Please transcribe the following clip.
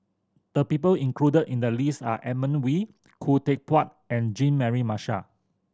the people included in the list are Edmund Wee Khoo Teck Puat and Jean Mary Marshall